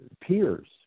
peers